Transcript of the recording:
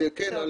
כן.